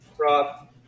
Rob